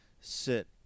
sit